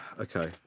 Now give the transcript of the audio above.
Okay